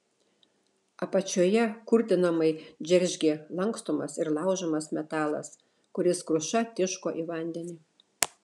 apačioje kurtinamai džeržgė lankstomas ir laužomas metalas kuris kruša tiško į vandenį